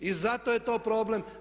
I zato je to problem.